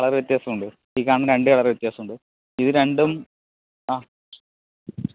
colour വ്യത്യാസമുണ്ട് ഈ കാണുന്ന രണ്ട് കളർ വ്യത്യാസമുണ്ട് ഇത് രണ്ടും ആ